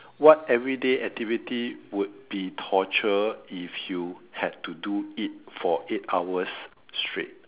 what everyday activity would be torture if you had to do it for eight hours straight